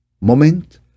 moment